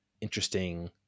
interesting